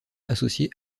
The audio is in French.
associé